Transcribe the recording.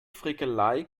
frickelei